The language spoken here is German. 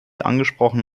angesprochen